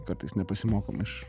kartais nepasimokom iš